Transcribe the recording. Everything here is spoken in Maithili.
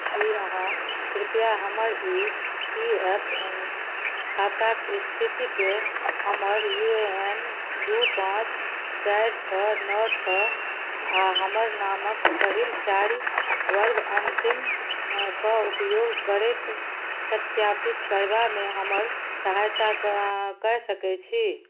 की अहाँ कृपया हमर ई पी एफ खाताक स्थितिके हमर यू ए एन दू पाँच चारि छओ नओ छओ आ हमर नामक पहिल चारि वर्ग अंतिम कऽ उपयोग करैत सत्यापित करबामे हमर सहायता कय सकै छी